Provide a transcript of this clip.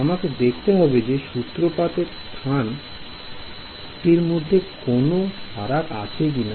আমাকে দেখতে হবে যে সূত্রপাতের স্থান টির মধ্যে কোন ফারাক এসেছে কিনা